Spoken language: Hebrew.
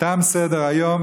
תם סדר-היום.